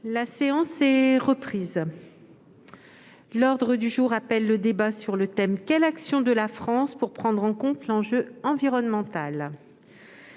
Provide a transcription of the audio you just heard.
La séance est reprise. L'ordre du jour appelle le débat sur le thème :« Quelle action de la France pour prendre en compte l'enjeu environnemental ?»